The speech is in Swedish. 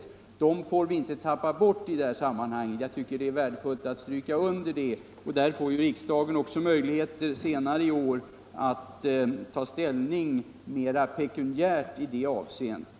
Dem får vi inte tappa bort i detta sammanhang. Jag tycker att det är värdefullt att stryka under detta. Riksdagen får också senare i år möjlighet att ta ställning mera pekuniärt i det avseendet.